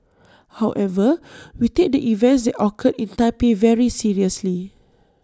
however we take the events occurred in Taipei very seriously